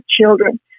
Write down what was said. children